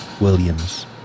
Williams